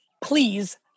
Please